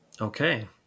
okay